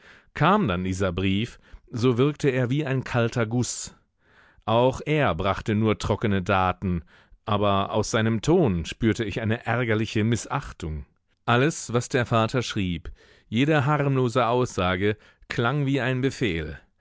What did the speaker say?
kam dann dieser brief so wirkte er wie ein kalter guß auch er brachte nur trockene daten aber aus seinem ton spürte ich eine ärgerliche mißachtung alles was der vater schrieb jede harmlose aussage klang wie ein befehl